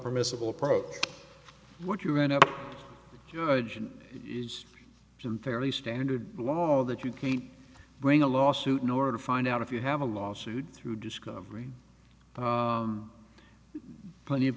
permissible approach what you ran up to your agent is some fairly standard law that you can't bring a lawsuit in order to find out if you have a lawsuit through discovery plenty of